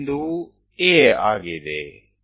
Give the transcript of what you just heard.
ಈ ಬಿಂದುವು A ಆಗಿದೆ